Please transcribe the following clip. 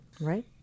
right